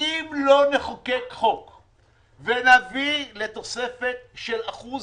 אם לא נחוקק חוק ונביא לתוספת של אחוז